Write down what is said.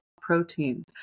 proteins